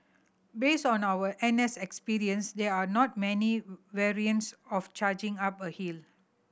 based on our N S experience there are not many variants of charging up a hill